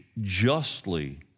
justly